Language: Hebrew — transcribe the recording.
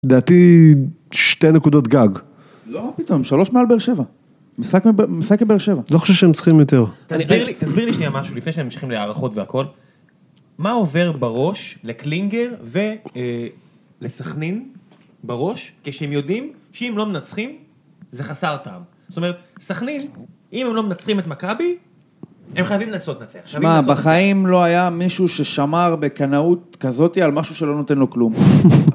- לדעתי, שתי נקודות גג. - לא, מה פתאום, שלוש מעל באר שבע. המשחק בבאר שבע. - לא חושב שהם צריכים יותר. - תסביר לי, תסביר לי שנייה משהו, לפני שהם ממשיכים להארכות והכול. מה עובר בראש לקלינגר ולסכנין בראש, כשהם יודעים שאם לא מנצחים, זה חסר טעם. זאת אומרת, סכנין, אם הם לא מנצחים את מכבי, הם חייבים לנסות נצח. - שמע, בחיים לא היה מישהו ששמר בכנאות כזאתי על משהו שלא נותן לו כלום.